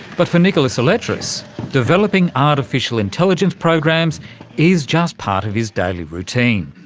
but for nikolaos aletras developing artificial intelligence programs is just part of his daily routine.